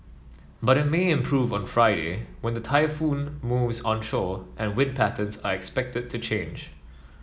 but it may improve on Friday when the typhoon moves onshore and wind patterns are expected to change